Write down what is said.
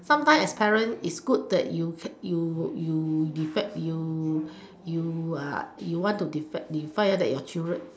sometime as parents is good that you you you defend you you you want to defend defend your children